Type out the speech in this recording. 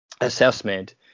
assessment